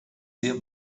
sehr